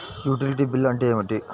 Utility bill అంటే ఏమిటి?